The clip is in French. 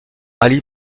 ali